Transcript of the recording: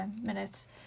minutes